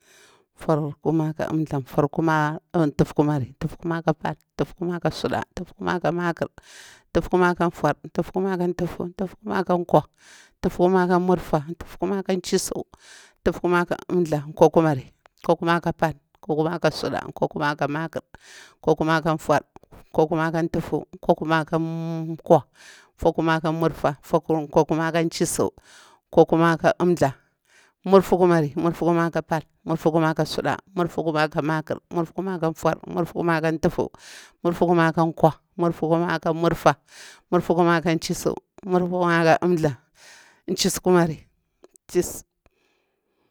Furkuma ka unthla, furkuma or tufkumari. Tufkumari ka pal, tufkumari ka suɗa, tufkumari ka maƙar, tufkumari ka nfur, tufkumar ka tufu, tufkumar ka nkwah, tufkumar ka nmurfa, tufkumar ka nchisu, tufkumar ka umthla, nkwakumari nkwakumar ka pal, nkwalulma ka suda, nkwakumar ka makar, nkwakumarka nfur, nkwakumar ka tufu, nkwakuma ka nkwah, nkwakumar ka murfa, nkwakumar nchisu, nkwakuma ka umthla nmurfukumar, furfu kumar ka pal, nmurfukumar ka suda, nmurfukumar ka makar, nmurfukumar ka nfur nmurfukumar ka tufu, nmurfu kumar ka nkwah, nmurfukumar ka nmurfa, nmurfukumar ka nehisu, nmurfu kumar ka umthla nchikuma.